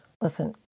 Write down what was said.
Listen